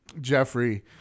jeffrey